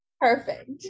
perfect